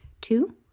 Two